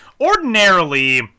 ordinarily